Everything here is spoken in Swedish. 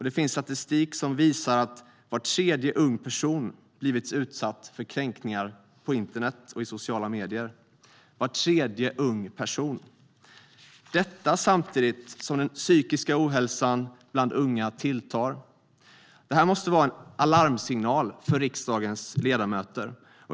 Det finns statistik som visar att var tredje ung person har blivit utsatt för kränkningar på internet och i sociala medier - var tredje ung person, och det samtidigt som den psykiska ohälsan bland unga tilltar. Detta måste vara en larmsignal för riksdagens ledamöter.